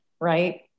right